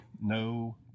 no